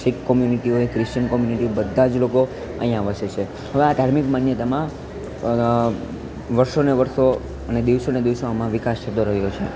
શીખ community હોય Christian community બધાં જ લોકો અહિંયા વસે છે હવે આ ધાર્મિક માન્યતામાં વર્ષોને વર્ષો અને દિવસો ને દિવસો આમાં વિકાસ થતો રહ્યો છે